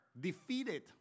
defeated